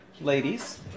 ladies